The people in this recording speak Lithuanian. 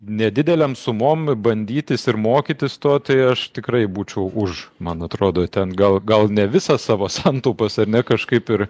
nedidelėm sumom bandytis ir mokytis to tai aš tikrai būčiau už man atrodo ten gal gal ne visą savo santaupas ar ne kažkaip ir